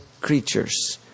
creatures